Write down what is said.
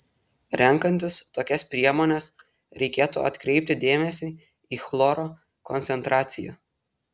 renkantis tokias priemones reikėtų atkreipti dėmesį į chloro koncentraciją